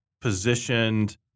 positioned